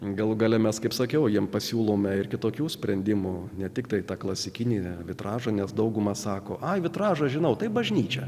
galų gale mes kaip sakiau jiems pasiūlome ir kitokių sprendimų ne tiktai tą klasikinį vitražą nes dauguma sako ai vitražą žinau tai bažnyčia